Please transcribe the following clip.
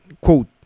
quote